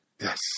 Yes